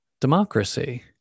democracy